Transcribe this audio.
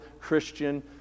Christian